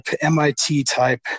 MIT-type